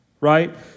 right